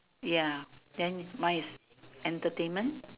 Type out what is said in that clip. ya then is mine is entertainment